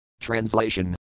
TRANSLATION